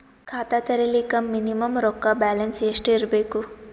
ಖಾತಾ ತೇರಿಲಿಕ ಮಿನಿಮಮ ರೊಕ್ಕ ಬ್ಯಾಲೆನ್ಸ್ ಎಷ್ಟ ಇರಬೇಕು?